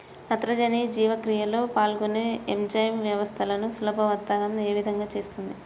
నత్రజని జీవక్రియలో పాల్గొనే ఎంజైమ్ వ్యవస్థలను సులభతరం ఏ విధముగా చేస్తుంది?